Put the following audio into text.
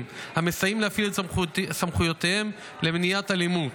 המסייעים להפעיל את סמכויותיהם למניעת אלימות,